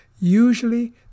usually